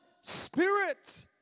spirit